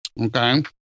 Okay